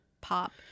pop